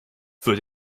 für